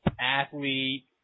athlete